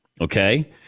Okay